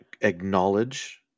acknowledge